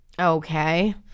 Okay